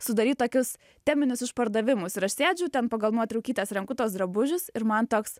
sudaryt tokius teminius išpardavimus ir aš sėdžiu ten pagal nuotraukytes renku tuos drabužius ir man toks